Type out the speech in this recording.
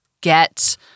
get